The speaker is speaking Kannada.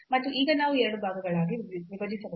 ಮತ್ತು ಈಗ ನಾವು 2 ಭಾಗಗಳಾಗಿ ವಿಭಜಿಸಬಹುದು